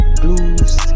blues